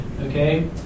Okay